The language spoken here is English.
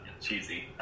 cheesy